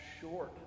short